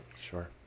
Sure